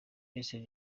best